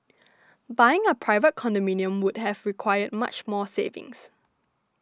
buying a private condominium would have required much more savings